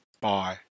Bye